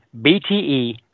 BTE